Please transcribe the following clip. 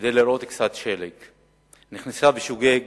כדי לראות קצת שלג, נכנסה בשוגג